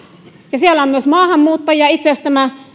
ja siellä on myös maahanmuuttajia itse asiassa